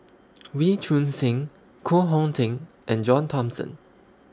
Wee Choon Seng Koh Hong Teng and John Thomson